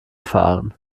fahren